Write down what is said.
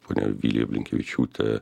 ponia vilija blinkevičiūtė